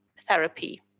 therapy